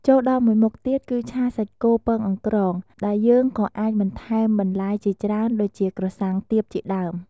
ចូលដល់មួយមុខទៀត គឺឆាសាច់គោពងអង្រ្កង ដែលយើងក៏អាចបន្ថែមបន្លែជាច្រើន ដូចជា ក្រសាំងទាប ជាដើម។